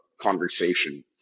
conversation